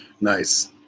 Nice